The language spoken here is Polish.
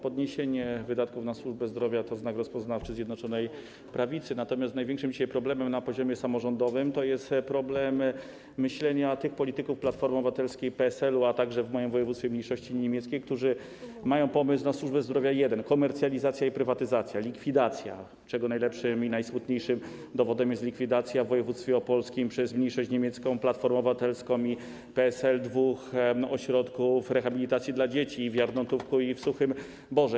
Podniesienie wydatków na służbę zdrowia to znak rozpoznawczy Zjednoczonej Prawicy, natomiast dzisiaj największym problemem na poziomie samorządowym jest myślenie tych polityków Platformy Obywatelskiej, PSL-u, a także w moim województwie mniejszości niemieckiej, którzy mają jeden pomysł na służbę zdrowia, jakim jest komercjalizacja, prywatyzacja, likwidacja, czego najlepszym i najsmutniejszym dowodem jest likwidacja w województwie opolskim przez mniejszość niemiecką, Platformę Obywatelską i PSL dwóch ośrodków rehabilitacji dla dzieci: w Jarnołtówku i w Suchym Borze.